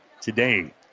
today